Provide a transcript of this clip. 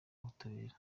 ubutabera